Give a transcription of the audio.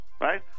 right